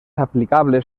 aplicable